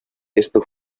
esto